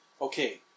Okay